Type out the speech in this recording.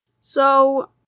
So-